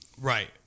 Right